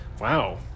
wow